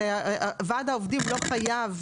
הרי ועד העובדים לא חייב,